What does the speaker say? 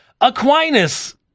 Aquinas